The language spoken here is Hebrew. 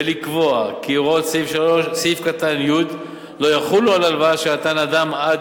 ולקבוע כי הוראות סעיף קטן (י) לא יחולו על הלוואה שנתן אדם עד